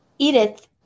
Edith